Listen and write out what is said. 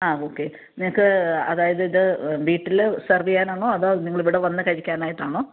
ആ ഓക്കെ നിങ്ങൾക്ക് അതായത് ഇത് വീട്ടിൽ സെർവ് ചെയ്യാനാണോ അതോ നിങ്ങൾ ഇവിടെ വന്ന് കഴിക്കാനായിട്ടാണോ